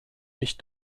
mich